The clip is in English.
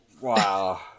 wow